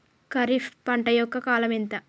ఖరీఫ్ పంట యొక్క కాలం ఎంత?